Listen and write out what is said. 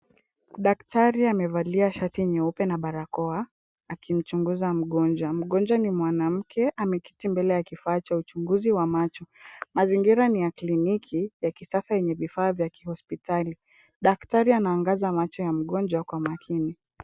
Daktari amevalia shati nyeupe na barakoa akimchunguza mgonjwa, mgonjwa ni mwanamke ameketi mbele ya kifaa cha uchunguzi wa macho. Mazingira ni ya kliniki ya kisasa yenye vifaa vya kihospitali daktari anaangaza macho ya mgonjwa kwa maakini.